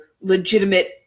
legitimate